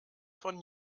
von